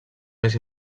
més